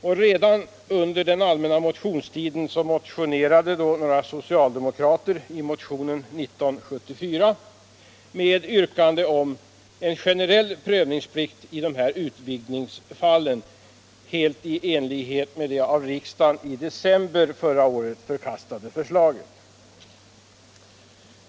Men redan under allmänna motionstiden väckte några socialdemokrater motionen 1974 med yrkande om en generell prövningsplikt i utvidgningsfallen, helt i enlighet med det av riksdagen i december förra året förkastade förslaget.